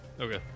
Okay